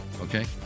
Okay